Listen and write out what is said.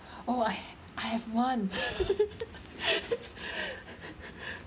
oh I I have one